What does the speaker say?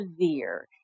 severe